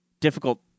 difficult